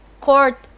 court